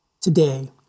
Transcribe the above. today